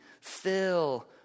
fill